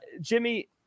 Jimmy